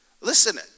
Listen